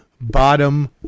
Bottom